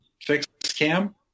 fixed-cam